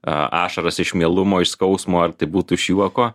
ašaros iš mielumo iš skausmo ar tai būtų iš juoko